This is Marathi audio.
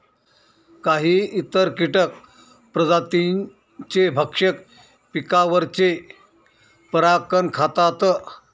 काही इतर कीटक प्रजातींचे भक्षक पिकांवरचे परागकण खातात